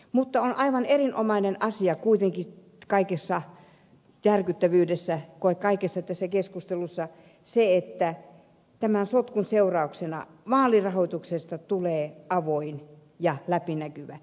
mutta on kuitenkin aivan erinomainen asia kaikessa järkyttävyydessä kaikessa tässä keskustelussa se että tämän sotkun seurauksena vaalirahoituksesta tulee avoin ja läpinäkyvä